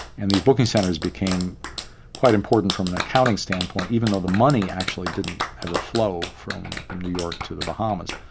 and these booking centres became quite important from an accounting standpoint, even though the money actually didn't have a flow from from new york to the bahamas.